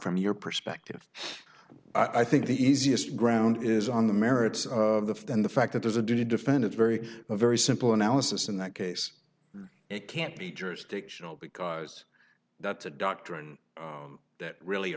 from your perspective i think the easiest ground is on the merits of the st and the fact that there's a duty to defend it's very very simple analysis in that case it can't be jurisdictional because that's a doctrine that really